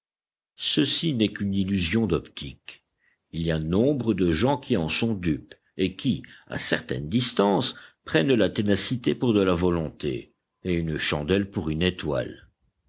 ceci n'est qu'une illusion d'optique il y a nombre de gens qui en sont dupes et qui à certaine distance prennent la ténacité pour de la volonté et une chandelle pour une étoile